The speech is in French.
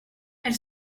elle